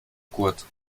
kurt